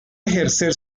ejercer